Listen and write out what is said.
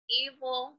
evil